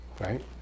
Right